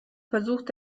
versucht